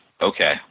okay